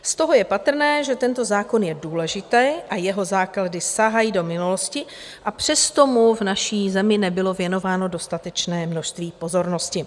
Z toho je patrné, že tento zákon je důležitý, jeho základy sahají do minulosti, a přesto mu v naší zemi nebylo věnováno dostatečné množství pozornosti.